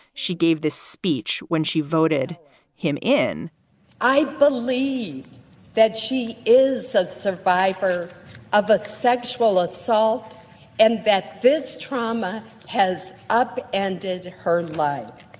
she gave this speech when she voted him in i believe that she is a survivor of a sexual assault and that this trauma has up ended her life